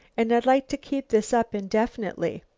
and i'd like to keep this up indefinitely,